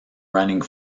running